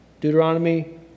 Deuteronomy